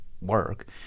work